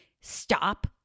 Stop